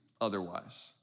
otherwise